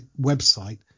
website